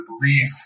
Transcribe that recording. belief